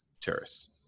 terrace